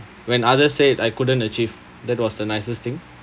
when others said I couldn't achieve that was the nicest thing